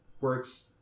works